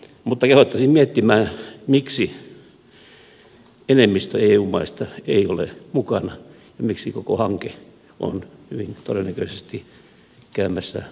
mutta kehottaisin miettimään miksi enemmistö eu maista ei ole mukana ja miksi koko hanke on hyvin todennäköisesti käymässä mahdottomaksi